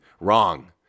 wrong